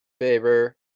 favor